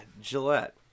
Gillette